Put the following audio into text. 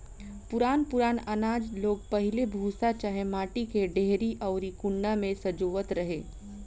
पुरान पुरान आनाज लोग पहिले भूसा चाहे माटी के डेहरी अउरी कुंडा में संजोवत रहे